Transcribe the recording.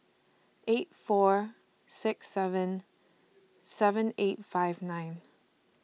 eight four six seven seven eight five nine